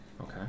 Okay